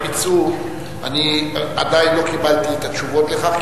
איך פיצו, עדיין לא קיבלתי את התשובות לכך.